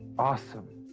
awesome.